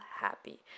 happy